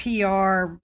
PR